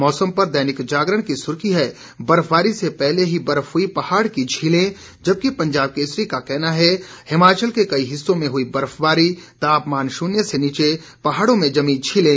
मौसम पर दैनिक जागरण की सुर्खी है बर्फबारी से पहले ही बर्फ हुई पहाड़ की झीलें जबकि पंजाब केसरी का कहना है हिमाचल के कई हिस्सों में हुई बर्फबारी तापमान शून्य से नीचे पहाड़ों में जमी झीलें